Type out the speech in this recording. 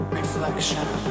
Reflection